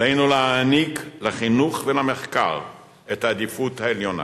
עלינו להעניק לחינוך ולמחקר את העדיפות העליונה.